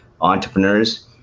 entrepreneurs